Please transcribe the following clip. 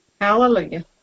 Hallelujah